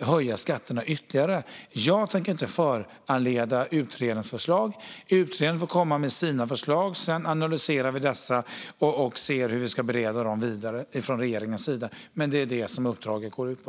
höja skatterna ytterligare. Jag tänker inte förekomma utredarens förslag. Utredaren får komma med sina förslag. Sedan kommer regeringen att analysera förslagen och se på hur vi ska bereda dem vidare. Det är vad uppdraget går ut på.